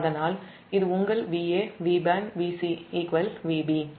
அதனால் இது உங்கள் Va Vb மற்றும் Vc Vb